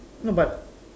no but